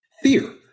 Fear